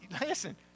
listen